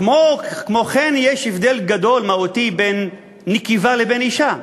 כמו כן, יש הבדל גדול ומהותי בין נקבה לבין אישה.